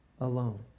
alone